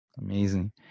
Amazing